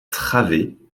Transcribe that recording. travée